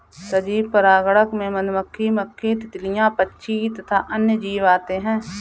सजीव परागणक में मधुमक्खी, मक्खी, तितलियां, पक्षी तथा अन्य जीव आते हैं